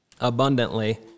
abundantly